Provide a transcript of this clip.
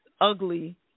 ugly